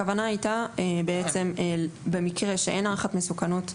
הכוונה הייתה במקרה שאין הערכת מסוכנות בכלל,